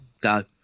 go